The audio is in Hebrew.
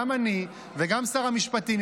גם אני וגם שר המשפטים,